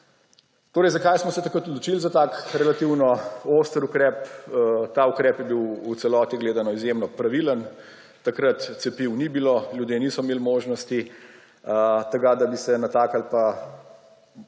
ustavo. Zakaj smo se takrat odločili za tak, relativno oster ukrep? Ta ukrep je bil v celoti gledano izjemno pravilen. Takrat cepiv ni bilo, ljudje niso imeli možnosti tega, da bi se na